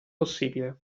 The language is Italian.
possibile